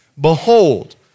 behold